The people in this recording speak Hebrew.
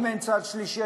אם אין צד שלישי,